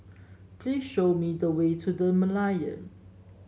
please show me the way to The Merlion